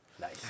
Nice